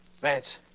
Vance